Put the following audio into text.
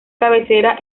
cabecera